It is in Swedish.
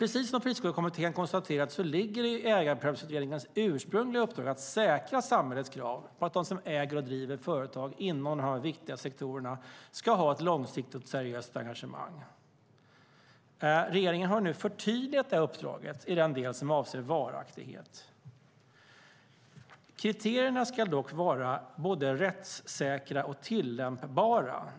Precis som Friskolekommittén har konstaterat ligger det i Ägarprövningsutredningens ursprungliga uppdrag att säkra samhällets krav på att de som äger och driver företag inom de här viktiga sektorerna ska ha ett långsiktigt och seriöst engagemang. Regeringen har nu förtydligat uppdraget i den del som avser varaktighet. Kriterierna ska dock vara både rättssäkra och tillämpbara.